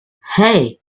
hey